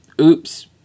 oops